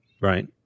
Right